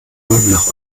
nach